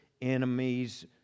enemies